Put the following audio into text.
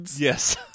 Yes